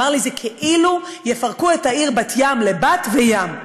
זה כאילו יפרקו את העיר בת-ים לבת וים,